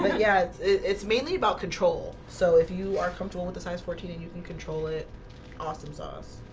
but yeah, it's it's mainly about control so if you are comfortable with the size fourteen, and you can control it awesomesauce.